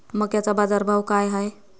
मक्याचा बाजारभाव काय हाय?